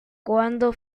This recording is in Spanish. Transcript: cuándo